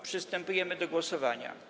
Przystępujemy do głosowania.